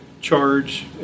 charge